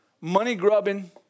money-grubbing